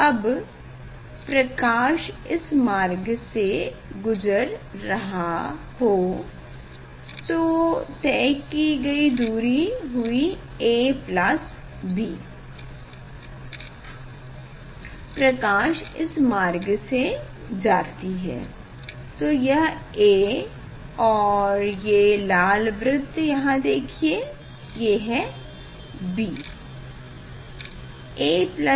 अब प्रकाश इस मार्ग से गुजर रहा हो तो तय कि गयी दूरी हुई a b प्रकाश इस मार्ग से जाती है तो यह a और ये लाल वृत्त यहाँ देखिए ये है b